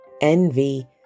Envy